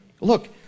Look